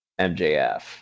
MJF